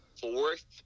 fourth